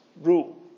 rule